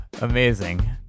amazing